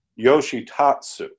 Yoshitatsu